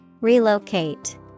Relocate